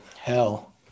Hell